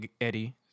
Eddie